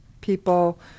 people